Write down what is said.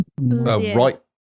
right